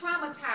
traumatized